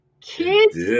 kids